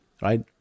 right